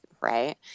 right